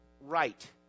right